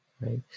Right